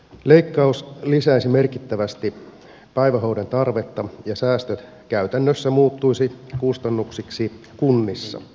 leikkaus lisäisi merkittävästi päivähoidon tarvetta ja säästöt käytännössä muuttuisivat kustannuksiksi kunnissa